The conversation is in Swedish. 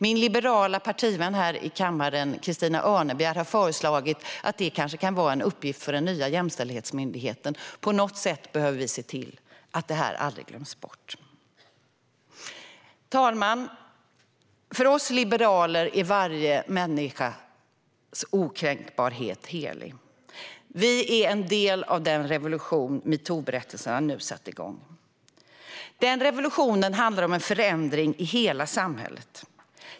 Min liberala partivän här i kammaren, Christina Örnebjär, har föreslagit att det kanske kan vara en uppgift för den nya jämställdhetsmyndigheten. På något sätt måste vi se till att det här aldrig glöms bort. Herr talman! För oss liberaler är varje människas okränkbarhet helig. Vi är en del av den revolution metoo-berättelserna nu satt igång. Den revolutionen handlar om en förändring i hela samhället.